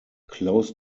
close